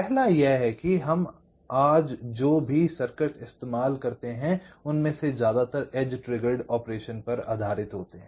पहला यह है कि आज हम जो भी सर्किट इस्तेमाल करते हैं उनमें से ज्यादातर एज ट्रिगर्ड ऑपरेशन पर आधारित होते हैं